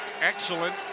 Excellent